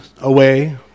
away